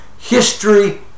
History